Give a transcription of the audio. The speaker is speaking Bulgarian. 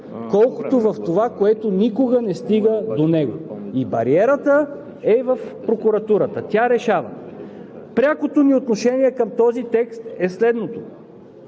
колкото в това, което никога не стига до него, и бариерата е в прокуратурата – тя решава. Прякото ни отношение към този текст е следното: